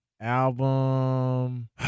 album